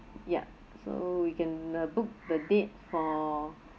ya so we can uh book the date for